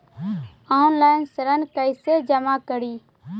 Online ऋण कैसे जमा करी?